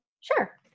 Sure